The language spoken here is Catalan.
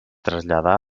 traslladà